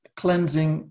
cleansing